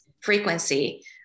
frequency